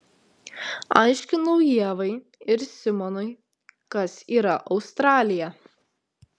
aiškinau ievai ir simonui kas yra australija